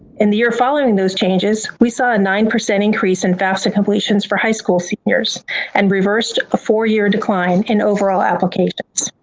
in the year following those changes, we saw a nine percent increase in fafsa completions for high school seniors and reversed a four year decline in overall applications.